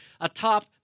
atop